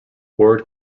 word